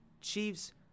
Chiefs